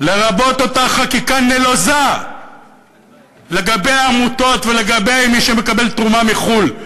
לרבות אותה חקיקה נלוזה לגבי עמותות ולגבי מי שמקבל תרומה מחו"ל.